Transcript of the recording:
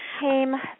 came